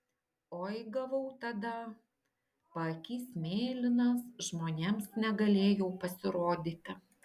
oi gavau tada paakys mėlynas žmonėms negalėjau pasirodyti